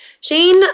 Shane